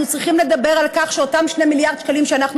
אנחנו צריכים לדבר על כך שאותם 2 מיליארד שקלים שאנחנו